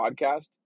podcast